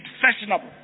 fashionable